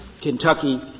Kentucky